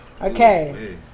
okay